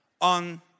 on